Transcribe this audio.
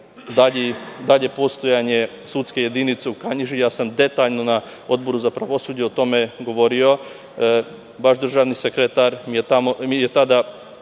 dalje postojanje sudske jedinice u Kanjiži. Detaljno sam na Odboru za pravosuđe o tome govorio. Vaš državni sekretar mi je tada